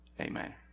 Amen